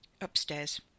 Upstairs